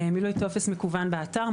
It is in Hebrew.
מילוי טופס מקוון באתר,